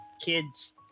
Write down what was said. kids